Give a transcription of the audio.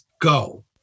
go